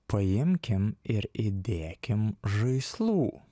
paimkim ir įdėkim žaislų